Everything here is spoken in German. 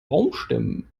baumstämmen